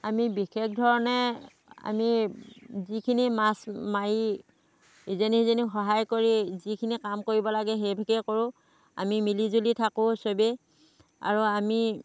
আমি বিশেষ ধৰণে আমি যিখিনি মাছ মাৰি ইজনীয়ে সিজনীক সহায় কৰি যিখিনি কাম কৰিব লাগে সেইভাগেই কৰোঁ আমি মিলিজুলি থাকোঁ চবে আৰু আমি